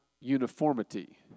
uniformity